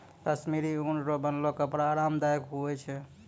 कश्मीरी ऊन रो बनलो कपड़ा आराम दायक हुवै छै